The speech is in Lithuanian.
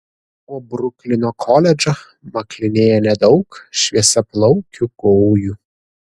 po bruklino koledžą maklinėja nedaug šviesiaplaukių gojų